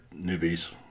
newbies